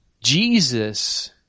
Jesus